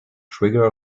trigger